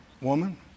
Woman